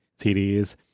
CDs